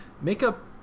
Makeup